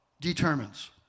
determines